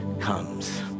comes